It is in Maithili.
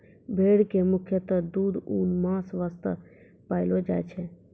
भेड़ कॅ मुख्यतः दूध, ऊन, मांस वास्तॅ पाललो जाय छै